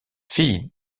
fille